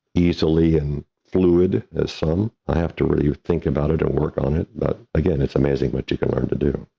easily, and fluid as some, i have to really think about it and work on it. but again, it's amazing what you can learn to do.